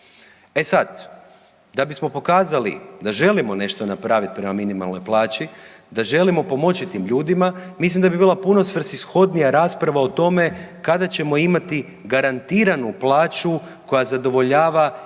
E sad, da bismo pokazali da želimo nešto napraviti prema minimalnoj plaći, da želimo pomoći tim ljudima, mislim da bi bila puno svrsishodnija rasprava o tome kada ćemo imati garantiranu plaću koja zadovoljava egzistencijalne